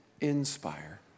inspire